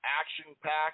action-packed